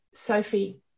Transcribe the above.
Sophie